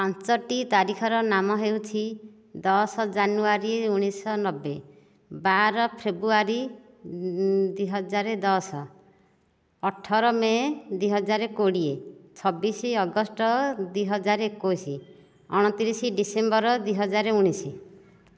ପାଞ୍ଚଟି ତାରିଖର ନାମ ହେଉଛି ଦଶ ଜାନୁଆରୀ ଉଣେଇଶ ନବେ ବାର ଫେବୃଆରୀ ଦୁଇ ହଜାର ଦଶ ଅଠର ମେ ଦୁଇ ହଜାର କୋଡ଼ିଏ ଛବିଶ ଅଗଷ୍ଟ ଦୁଇ ହଜାର ଏକୋଇଶ ଅଣତିରିଶ ଡିସେମ୍ବର ଦୁଇ ହଜାର ଉଣେଇଶ